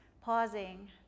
pausing